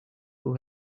who